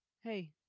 hey